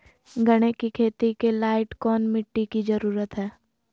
गन्ने की खेती के लाइट कौन मिट्टी की जरूरत है?